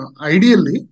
ideally